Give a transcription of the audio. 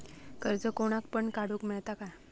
कर्ज कोणाक पण काडूक मेलता काय?